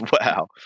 Wow